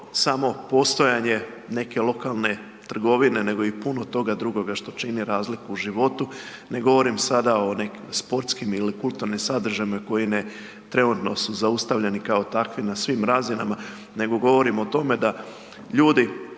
samo postojanje neke lokalne trgovine nego i puno toga drugoga što čini razliku u životu, ne govorim sada o nekim sportskim ili kulturnim sadržajima koji ne, trenutno su zaustavljeni kao takvi na svim razinama, nego govorim o tome da ljudi